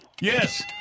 Yes